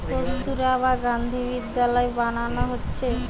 কস্তুরবা গান্ধী বিদ্যালয় বানানা হচ্ছে